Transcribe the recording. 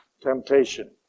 temptation